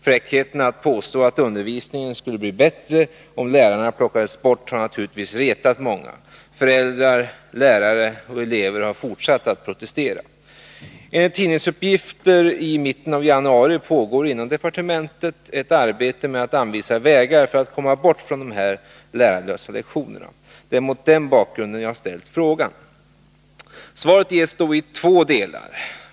Fräckheten att påstå att undervisningen skulle bli bättre om lärarna plockades bort har naturligtvis retat många. Föräldrar, lärare och elever har fortsatt att protestera. Enligt tidningsuppgifter i mitten av januari pågår inom departementet ett arbete med att anvisa vägar för att komma bort från dessa lärarlösa lektioner. Det är mot den bakgrunden jag har ställt frågan. Svaret gesi två delar.